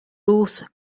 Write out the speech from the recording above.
ruth